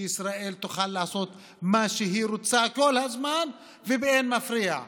שישראל תוכל לעשות מה שהיא רוצה כל הזמן ובאין מפריע,